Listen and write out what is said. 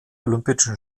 olympischen